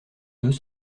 deux